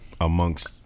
amongst